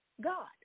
God